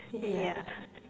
yeah